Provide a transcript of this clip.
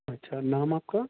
اچھا نام آپ کا